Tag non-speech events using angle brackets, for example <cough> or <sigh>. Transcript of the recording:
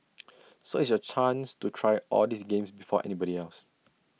<noise> so it's your chance to try all these games before anybody else